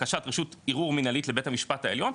בקשת רשות ערעור מנהלית לבית המשפט העליון,